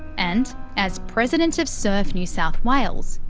and as president of surf new south wales,